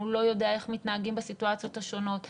הוא לא יודע איך מתנהגים בסיטואציות השונות,